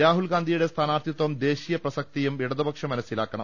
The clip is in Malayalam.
രാഹുൽ ഗാന്ധിയുടെ സ്ഥാനാർത്ഥിത്വും ദേശീയ പ്രസക്തിയും ഇടതുപക്ഷം മനസ്സിലാക്കണം